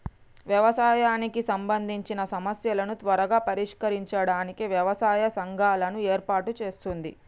వ్యవసాయానికి సంబందిచిన సమస్యలను త్వరగా పరిష్కరించడానికి వ్యవసాయ సంఘాలను ఏర్పాటు చేస్తుంది